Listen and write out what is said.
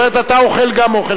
זאת אומרת אתה אוכל גם אוכל כשר.